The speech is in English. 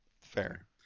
Fair